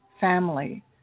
family